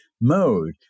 mode